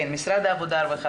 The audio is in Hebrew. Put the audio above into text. משרד העבודה, הרווחה